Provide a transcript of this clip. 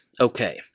Okay